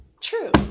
True